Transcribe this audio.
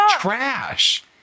trash